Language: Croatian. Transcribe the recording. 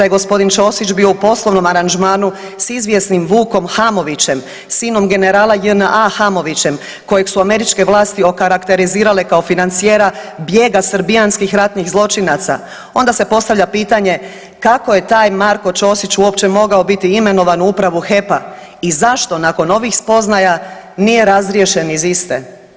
je g. Ćosić bio u poslovnom aranžmanu s izvjesnim Vukom Hamovićem, sinom generala JNA Hamovićem kojeg su američke vlasti okarakterizirale kao financijera bijega srbijanskih ratnih zločinaca, onda se postavlja pitanje kako je taj Marko Ćosić uopće mogao biti imenovan u upravu HEP-a i zašto nakon ovih spoznaja nije razriješen iz iste?